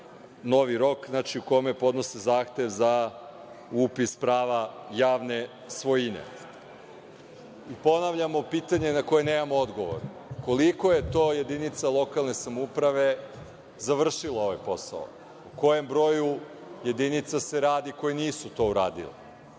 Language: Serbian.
novi rok u kome podnose zahtev za upis prava javne svojine. Ponavljamo pitanje na koji nemamo odgovor - koliko je to jedinica lokalne samouprave završilo ovaj posao? O kojem broju jedinica se radi koje nisu to uradile?